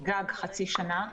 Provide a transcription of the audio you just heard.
חצי שנה מקסימום.